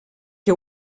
que